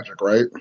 right